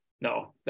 no